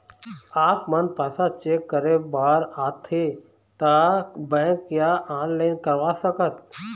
आपमन पैसा चेक करे बार आथे ता बैंक या ऑनलाइन करवा सकत?